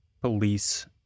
police